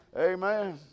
Amen